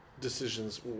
decisions